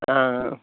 हां